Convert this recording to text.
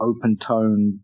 open-tone